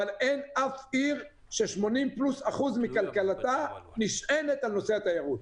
אבל אין אף עיר שיותר מ-80% מכלכלתה נשען על נושא התיירות.